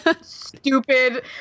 stupid